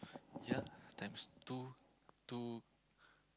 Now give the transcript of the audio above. yeah times two two